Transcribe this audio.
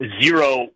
zero